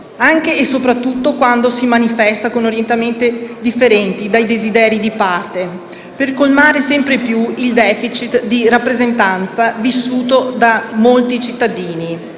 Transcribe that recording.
anche e soprattutto quando si manifesta con orientamenti differenti dai desideri di parte, per colmare sempre più il *deficit* di rappresentanza vissuto da molti cittadini.